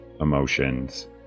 emotions